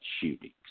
shootings